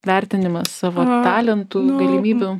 vertinimas tavo talentų galimybių